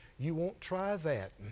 you won't try that,